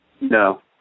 No